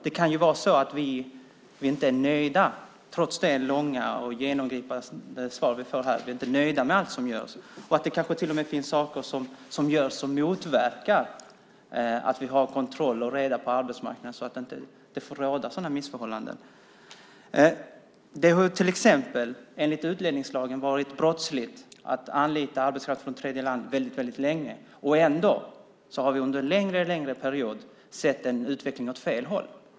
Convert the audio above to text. Det kan ju vara så att vi, trots det långa och genomgripande svar vi får, inte är nöjda med allt som görs och att det kanske till och med görs saker som motverkar möjligheterna till kontroll och reda på arbetsmarknaden, för att dessa missförhållanden inte ska råda. Enligt utlänningslagen har det länge varit brottsligt att anlita arbetskraft från tredjeland, och ändå har vi under en längre period kunnat se att utvecklingen gått åt fel håll.